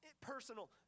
personal